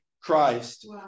christ